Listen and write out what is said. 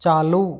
चालू